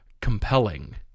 compelling